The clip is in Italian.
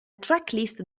tracklist